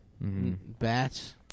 Bats